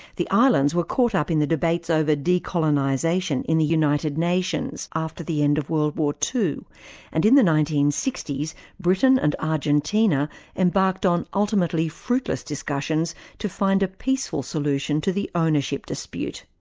the islands were caught up in the debates over decolonisation in the united nations after the end of world war ii and in the nineteen sixty s britain and argentina embarked on ultimately fruitless discussions to find a peaceful solution to the ownership dispute.